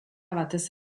batez